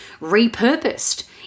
repurposed